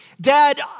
Dad